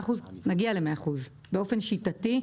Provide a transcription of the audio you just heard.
אחוזים נגיע ל-100 אחוזים באופן שיטתי.